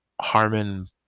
Harmon